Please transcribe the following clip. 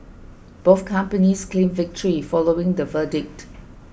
both companies claimed victory following the verdict